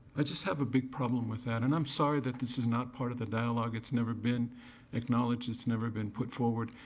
i just have a big with that and i'm sorry that this is not part of the dialogue. it's never been acknowledged, it's never been put forward.